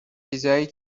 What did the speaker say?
چیزایی